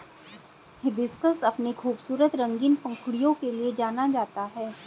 hibiscus अपनी खूबसूरत रंगीन पंखुड़ियों के लिए जाना जाता है